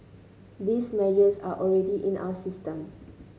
these measures are already in our system